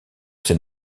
ces